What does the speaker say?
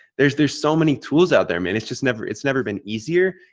there's there's so many tools out there, man. it's just never it's never been easier.